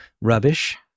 rubbish